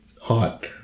Hot